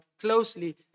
closely